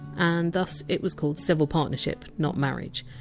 and thus it was called civil partnership, not marriage.